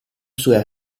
sulla